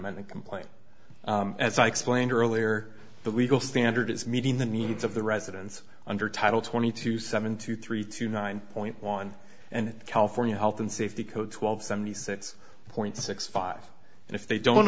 the complaint as i explained earlier the legal standard is meeting the needs of the residents under title twenty two seven two three to nine point one and california health and safety code twelve seventy six point six five and if they don't